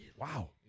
Wow